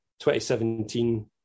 2017